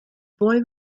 boy